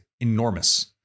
enormous